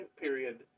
period